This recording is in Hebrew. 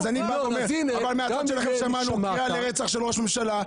אבל מהצד שלכם שמענו קריאה לרצח של ראש הממשלה,